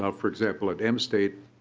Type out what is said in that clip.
ah for example at m state